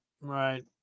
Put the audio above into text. Right